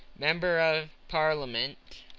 member of parliament,